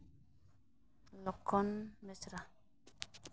ᱞᱚᱠᱠᱷᱚᱱ ᱵᱮᱥᱨᱟ